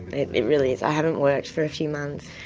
it really is. i haven't worked for a few months,